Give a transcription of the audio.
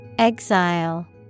Exile